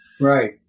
Right